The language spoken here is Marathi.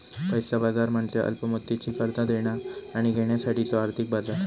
पैसा बाजार म्हणजे अल्प मुदतीची कर्जा देणा आणि घेण्यासाठीचो आर्थिक बाजार